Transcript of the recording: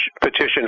petition